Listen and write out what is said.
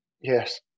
Yes